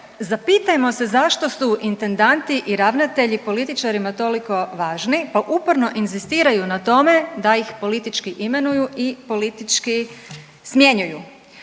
zapitajmo se zašto su intendanti i ravnatelji političarima toliko važni, pa uporno inzistiraju na tome da ih politički imenuju i politički smjenjuju?